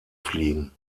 fliegen